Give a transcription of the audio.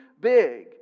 big